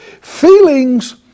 Feelings